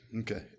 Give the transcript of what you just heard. Okay